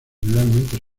generalmente